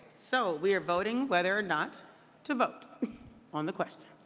so we are voting whether or not to vote on the question.